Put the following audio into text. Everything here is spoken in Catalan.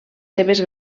seves